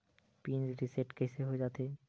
Pin reset कइसे हो जाथे?